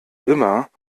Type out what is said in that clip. immer